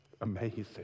Amazing